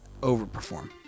overperform